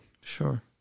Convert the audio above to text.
Sure